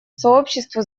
сообществу